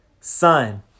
Son